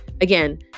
again